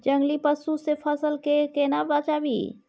जंगली पसु से फसल के केना बचावी?